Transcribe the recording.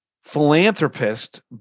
Philanthropist